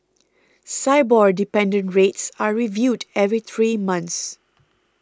Sibor dependent rates are reviewed every three months